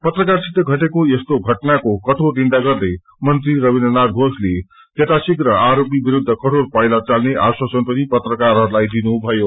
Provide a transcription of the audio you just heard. पत्रकासित घटेको यस्तो घटनाको कठोर निन्दा गर्दै मंत्री रवीन्द्रनाथ घोषले यथाशीघ्र आरोपी विरूद्व कठोर पाइला चाल्ने आश्वासन पनि पत्रकारहरूलाई दिनुभयो